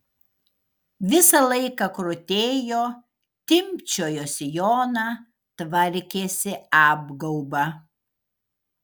visą laiką krutėjo timpčiojo sijoną tvarkėsi apgaubą